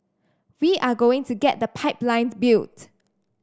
we are going to get the pipeline built